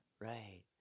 Right